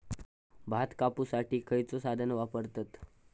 भात कापुसाठी खैयचो साधन वापरतत?